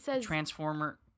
transformer